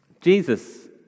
Jesus